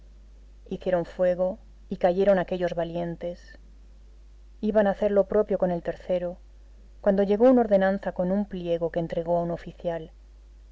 de otro hicieron fuego y cayeron aquellos valientes iban a hacer lo propio con el tercero cuando llegó un ordenanza con un pliego que entregó a un oficial